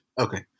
Okay